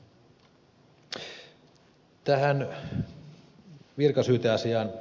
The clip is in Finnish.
tähän virkasyyteasiaan